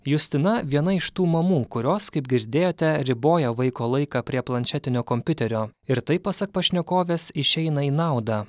justina viena iš tų mamų kurios kaip girdėjote riboja vaiko laiką prie planšetinio kompiuterio ir tai pasak pašnekovės išeina į naudą